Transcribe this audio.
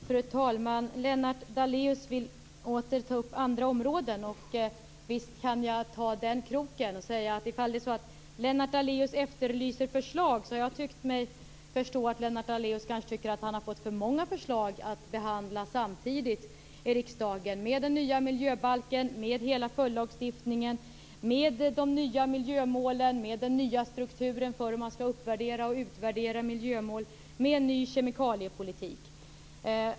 Fru talman! Lennart Daléus vill återigen ta upp andra områden. Och visst kan jag nappa på den kroken och säga att ifall det är så att Lennart Daléus efterlyser förslag har jag tyckt mig förstå att han kanske anser att han har fått för många förslag att behandla samtidigt i riksdagen i och med den nya miljöbalken och dess följdlagstiftning, med de nya miljömålen, med den nya strukturen för hur man skall uppvärdera och utvärdera miljömål samt med en ny kemikaliepolitik.